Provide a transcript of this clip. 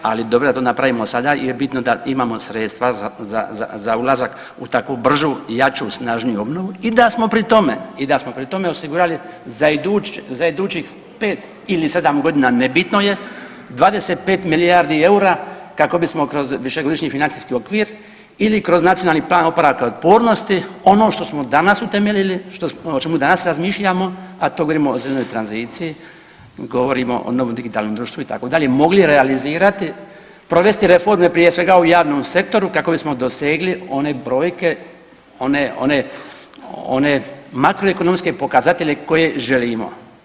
Ali dobro da to napravimo sada jer je bitno da imamo sredstva za ulazak u tako brzu, i jaču, snažniju obnovu i da smo pri tome osigurali za idućih 5 ili 7 godina nebitno je 25 milijardi eura kako bismo kroz višegodišnji financijski okvir ili kroz nacionalni plan oporavka otpornosti ono što smo danas utemeljili o čemu danas razmišljamo a to govorimo o zelenoj tranziciji, govorimo o novom digitalnom društvu itd. mogli realizirati, provesti reforme prije svega u javnom sektoru kako bismo dosegli one brojke, one makroekonomske pokazatelje koje želimo.